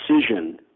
decision